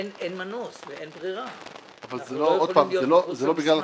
אין מנוס ואין ברירה אבל לא יכולים להיות -- אבל זה לא בגלל התקנות,